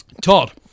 Todd